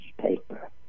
paper